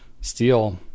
steel